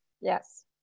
yes